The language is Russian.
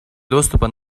доступа